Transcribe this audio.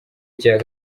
cya